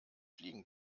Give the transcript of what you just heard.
fliegen